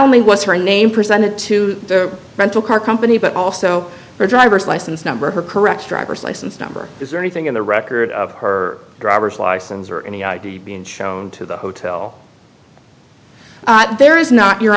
only was her name presented to the rental car company but also her driver's license number her correct driver's license number is there anything in the record of her driver's license or any id being shown to the hotel there is not your